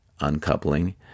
uncoupling